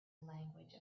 language